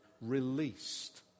released